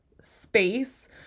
space